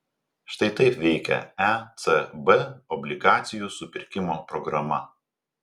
štai taip veikia ecb obligacijų supirkimo programa